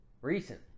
Recent